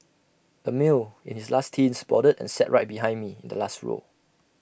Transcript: A male in his late teens boarded and sat right behind me in the last row